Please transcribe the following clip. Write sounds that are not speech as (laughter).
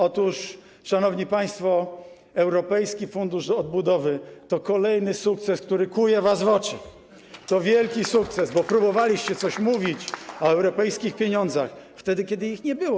Otóż, szanowni państwo, europejski fundusz odbudowy to kolejny sukces, który kłuje was w oczy, (applause) to wielki sukces, bo próbowaliście coś mówić o europejskich pieniądzach wtedy, kiedy ich nie było.